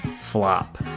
FLOP